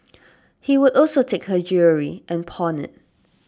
he would also take her jewellery and pawn it